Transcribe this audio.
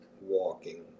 walking